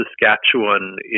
Saskatchewan